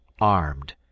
armed